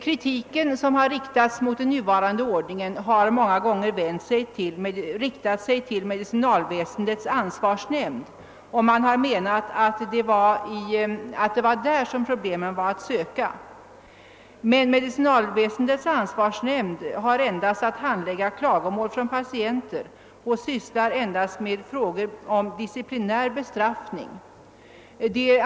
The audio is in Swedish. Kritiken mot den nuvarande ordningen har många gånger riktat sig mot medicinalväsendets ansvarsnämnd. Denna nämnd har emellertid endast att handlägga klagomål från patienter och sysslar med frågor om disciplinär bestraffning.